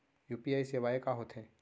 UPI सेवाएं का होथे